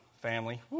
family